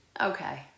Okay